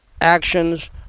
actions